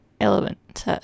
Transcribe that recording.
element